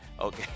Okay